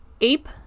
Ape